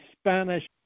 Spanish